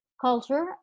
culture